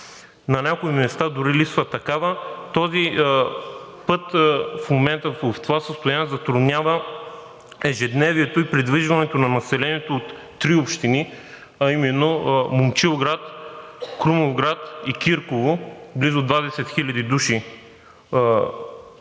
на някои места дори липсва такава. В момента този път в това си състояние затруднява ежедневието и придвижването на населението от три общини, а именно Момчилград, Крумовград и Кирково, с близо 20 000 души